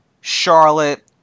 Charlotte